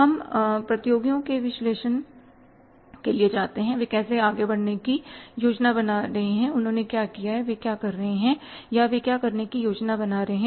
हम प्रतियोगियों के विश्लेषण के लिए जाते हैं कि वे कैसे आगे बढ़ने की योजना बना रहे हैं उन्होंने क्या किया है और वे क्या कर रहे हैं या वे क्या करने की योजना बना रहे हैं